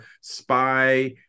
spy